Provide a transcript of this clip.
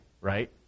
right